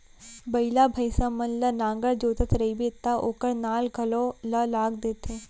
बइला, भईंसा मन ल नांगर जोतत रइबे त ओकर नाल घलौ ल लाग देथे